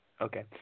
Okay